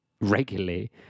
regularly